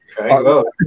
Okay